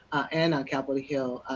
and on capitol hill,